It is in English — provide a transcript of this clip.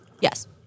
Yes